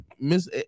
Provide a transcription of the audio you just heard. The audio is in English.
Miss